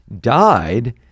died